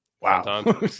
Wow